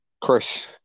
Chris